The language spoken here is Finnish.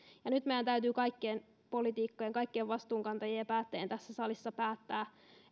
nyt meidän kaikkien politiikkojen kaikkien vastuunkantajien ja päättäjien tässä salissa täytyy päättää